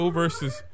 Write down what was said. versus